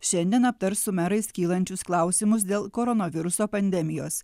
šiandien aptars su merais kylančius klausimus dėl koronaviruso pandemijos